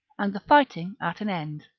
and the fighting at an end.